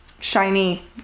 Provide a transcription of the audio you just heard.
shiny